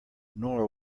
nor